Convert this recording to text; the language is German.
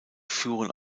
führen